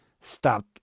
stopped